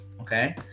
okay